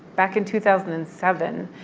back in two thousand and seven.